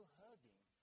hugging